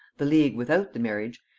the league without the marriage,